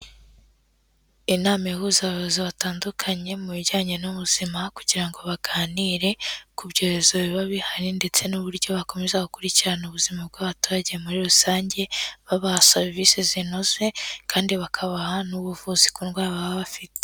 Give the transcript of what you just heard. Inama ihuza abayobozi batandukanye mu bijyanye n'ubuzima kugira ngo baganire ku byorezo biba bihari ndetse n'uburyo bakomeza gukurikirana ubuzima bw'abaturage muri rusange, babaha serivisi zinoze kandi bakabaha n'ubuvuzi ku ndwara baba bafite.